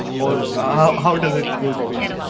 or ah how does it work for you?